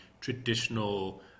traditional